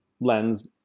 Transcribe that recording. lens